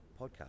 podcast